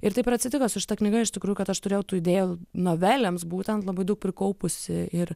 ir taip ir atsitiko su šita knyga iš tikrųjų kad aš turėjau tų idėjų novelėms būtent labai daug prikaupusi ir